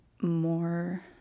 more